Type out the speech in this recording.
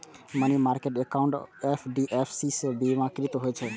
money market account FDIC सं बीमाकृत होइ छै